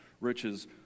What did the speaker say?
riches